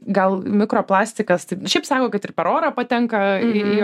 gal mikro plastikas taip šiaip sako kad ir per orą patenka į į